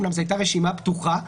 זאת אומנם הייתה רשימה פתוחה,